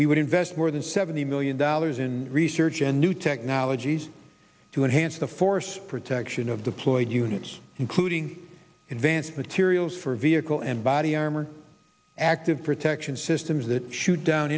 we would invest more than seventy million dollars in research and new technologies to enhance the force protection of the floyd units including in vance materials for vehicle and body armor active protection systems that shoot down